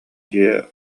дьиэ